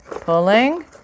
Pulling